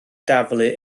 daflu